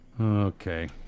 Okay